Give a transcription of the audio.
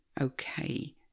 okay